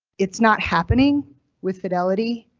it's not happening with fidelity.